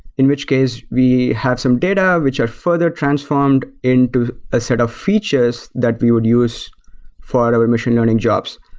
in which case, we have some data, which are further transformed into a set of features that we would use for our machine learning jobs.